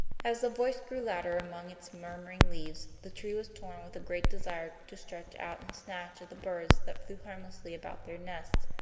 as the voice grew louder among its murmuring leaves the tree was torn with a great desire to stretch out and snatch at the birds that flew harmlessly about their nests,